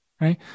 right